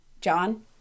John